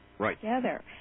together